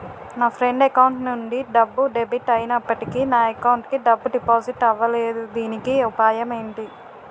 నా friend account నుండి డబ్బు డెబిట్ అయినప్పటికీ నా అకౌంట్ కి డబ్బు డిపాజిట్ అవ్వలేదుదీనికి ఉపాయం ఎంటి?